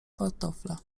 pantofle